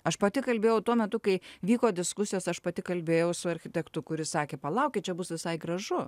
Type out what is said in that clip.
aš pati kalbėjau tuo metu kai vyko diskusijos aš pati kalbėjau su architektu kuris sakė palaukit čia bus visai gražu